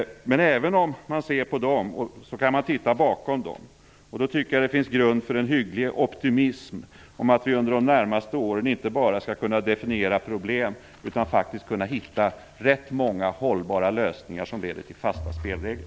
Men även om man ser på dem kan man titta bakom dem. Då tycker jag att det finns grund för en hygglig optimism om att vi under de närmaste åren inte bara skall kunna definiera problemen, utan också kunna hitta ganska många hållbara lösningar som leder till fasta spelregler.